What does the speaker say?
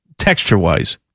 Texture-wise